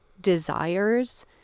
desires